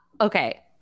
Okay